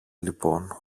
λοιπόν